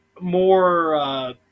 more –